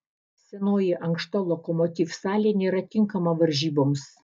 senoji ankšta lokomotiv salė nėra tinkama varžyboms